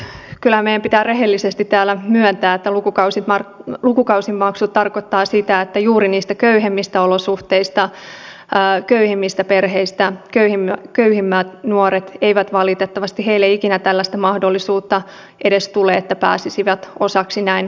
kyllä meidän pitää rehellisesti täällä myöntää että lukukausimaksut tarkoittavat sitä että juuri niistä köyhimmistä olosuhteista köyhimmistä perheistä köyhimmille nuorille ei valitettavasti ikinä tällaista mahdollisuutta edes tule että pääsisivät osaksi näin huipputason koulutusjärjestelmää